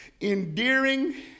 endearing